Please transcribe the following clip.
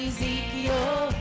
Ezekiel